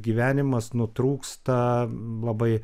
gyvenimas nutrūksta labai